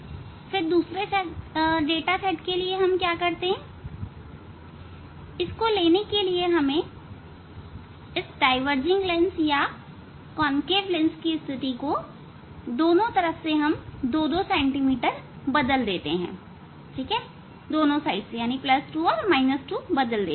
और फिर दूसरे डाटा सेट के लिए हम क्या करते हैं हम इसे लेने के लिए डाईवर्जिंग या अवतल लेंस की स्थिति को दोनों तरफ से 2 सेंटीमीटर बदल देते हैं